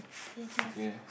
is there anything else